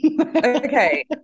Okay